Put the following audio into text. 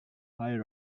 high